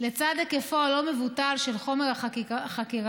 לצד היקפו הלא-מבוטל של חומר החקירה,